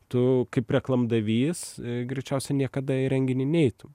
tu kaip reklamdavys greičiausiai niekada į renginį neitum